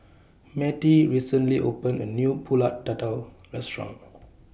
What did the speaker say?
Mattie recently opened A New Pulut Tatal Restaurant